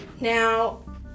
now